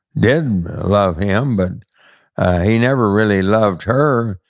did love him but he never really loved her.